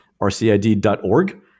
rcid.org